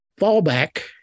fallback